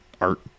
art